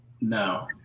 No